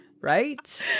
right